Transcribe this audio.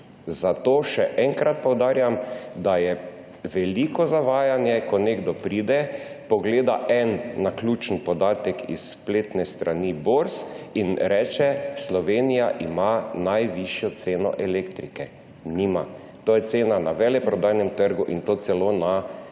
Zato še enkrat poudarjam, da je veliko zavajanje, ko nekdo pride, pogleda en naključen podatek s spletne strani borz in reče, da ima Slovenija najvišjo ceno elektrike. Nima. To je cena na veleprodajnem trgu, in to celo na trenutnem